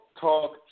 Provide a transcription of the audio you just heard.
talk